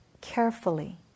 carefully